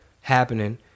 happening